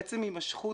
עצם הימשכות